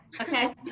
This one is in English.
okay